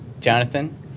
Jonathan